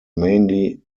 mainly